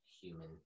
human